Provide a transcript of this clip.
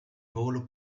volo